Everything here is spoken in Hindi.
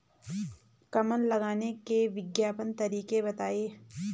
कमल लगाने के वैज्ञानिक तरीके बताएं?